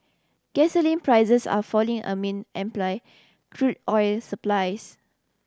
gasoline prices are falling amid crude oil supplies